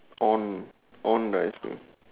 on on i think